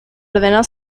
ordenó